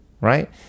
right